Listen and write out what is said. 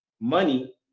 money